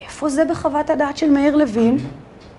איפה זה בחוות הדעת של מאיר לוין?